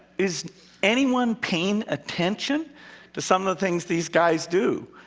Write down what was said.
is anyone paying attention to some of the things these guys do?